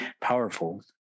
powerful